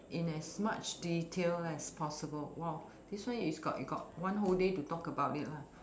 in as much detail as possible !wow! this one is got you got one whole day to talk about it lah